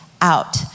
out